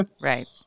Right